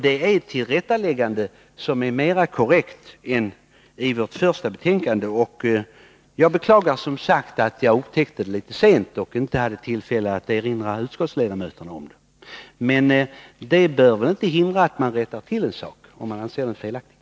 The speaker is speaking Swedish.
Det är ett tillrättaläggande som gör skrivningen mera korrekt än den är i betänkandet. Jag beklagar som sagt att jag upptäckte detta litet sent och inte hade tillfälle att uppmärksamma utskottsledamöterna på det. Men det bör väl inte hindra att saken rättas till, om man anser den vara felaktig.